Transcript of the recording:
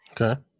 Okay